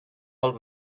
old